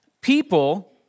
people